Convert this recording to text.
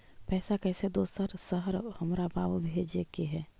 पैसा कैसै दोसर शहर हमरा बाबू भेजे के है?